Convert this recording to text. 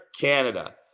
Canada